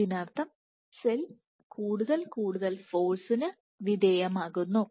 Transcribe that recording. അതിനർത്ഥം സെൽ കൂടുതൽ കൂടുതൽ ഫോഴ്സിന് വിധേയമാകുന്നു